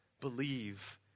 Believe